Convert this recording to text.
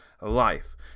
life